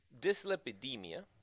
Dyslipidemia